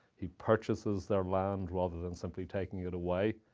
he purchases their land, rather than simply taking it away.